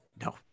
No